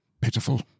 pitiful